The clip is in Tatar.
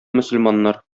мөселманнар